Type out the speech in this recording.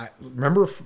Remember